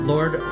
Lord